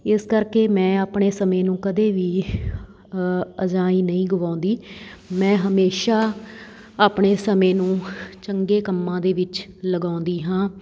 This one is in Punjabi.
ਇਸ ਕਰਕੇ ਮੈਂ ਆਪਣੇ ਸਮੇਂ ਨੂੰ ਕਦੇ ਵੀ ਅਜਾਈਂ ਨਹੀਂ ਗਵਾਉਂਦੀ ਮੈਂ ਹਮੇਸ਼ਾ ਆਪਣੇ ਸਮੇਂ ਨੂੰ ਚੰਗੇ ਕੰਮਾਂ ਦੇ ਵਿੱਚ ਲਗਾਉਂਦੀ ਹਾਂ